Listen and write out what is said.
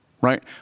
Right